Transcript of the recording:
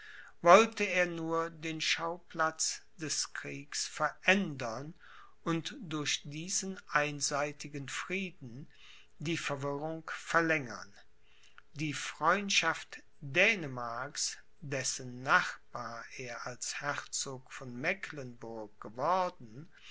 wollte er nur den schauplatz des kriegs verändern und durch diesen einseitigen frieden die verwirrung verlängern die freundschaft dänemarks dessen nachbar er als herzog von mecklenburg geworden